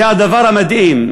זה הדבר המדהים,